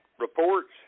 reports